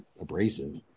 abrasive